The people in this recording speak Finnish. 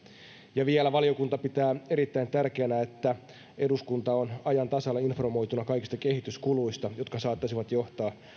ja vielä valiokunta pitää erittäin tärkeänä että eduskunta on ajan tasalla informoituna kaikista kehityskuluista jotka saattaisivat johtaa